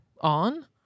on